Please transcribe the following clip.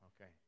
Okay